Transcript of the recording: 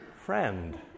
friend